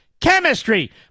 chemistry